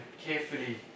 carefully